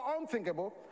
unthinkable